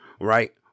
right